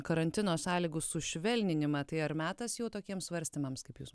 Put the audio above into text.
karantino sąlygų sušvelninimą tai ar metas jau tokiems svarstymams kaip jūs